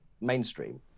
mainstream